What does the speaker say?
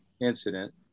incident